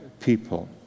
people